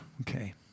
okay